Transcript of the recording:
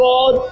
God